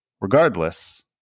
Regardless